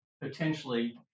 potentially